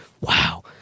wow